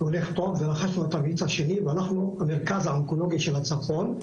הולך טוב ואנחנו המרכז האונקולוגי של הצפון,